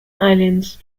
islands